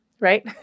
Right